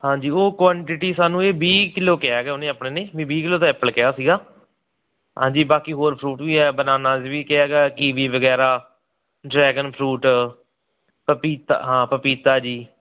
ਹਾਂਜੀ ਉਹ ਕੁਆਂਟਿਟੀ ਸਾਨੂੰ ਇਹ ਵੀਹ ਕਿਲੋ ਕਿਹਾ ਗਿਆ ਉਹਨੇ ਆਪਣੇ ਵੀਹ ਕਿਲੋ ਤਾਂ ਐਪਲ ਕਿਹਾ ਸੀਗਾ ਹਾਂਜੀ ਬਾਕੀ ਹੋਰ ਫਰੂਟ ਵੀ ਆ ਬਨਾਨਾਜ਼ ਵੀ ਕਿਹਾ ਹੈਗਾ ਕੀਵੀ ਵਗੈਰਾ ਡਰੈਗਨ ਫਰੂਟ ਪਪੀਤਾ ਹਾਂ ਪਪੀਤਾ ਜੀ